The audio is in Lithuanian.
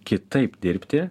kitaip dirbti